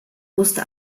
musste